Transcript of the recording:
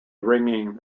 ringing